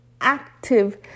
active